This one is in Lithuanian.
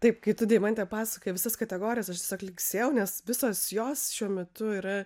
taip kai deimantė pasakojo visas kategorijas aš tiesiog linksėjau nes visos jos šiuo metu yra